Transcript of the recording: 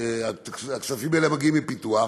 הכספים האלה מגיעים מפיתוח,